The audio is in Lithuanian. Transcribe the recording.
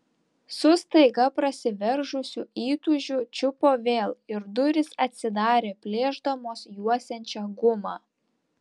su staiga prasiveržusiu įtūžiu čiupo vėl ir durys atsidarė plėšdamos juosiančią gumą